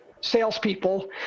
salespeople